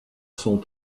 sont